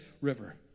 river